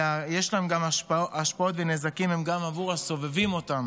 אלא יש השפעות ונזקים גם עבור הסובבים אותם,